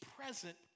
present